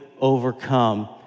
overcome